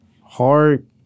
hard